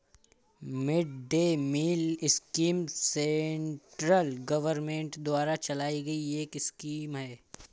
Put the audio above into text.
mid day meal scheme central government द्वारा चलाई गई एक स्कीम है